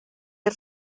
der